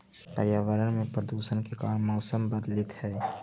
पर्यावरण में प्रदूषण के कारण मौसम बदलित हई